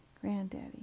granddaddy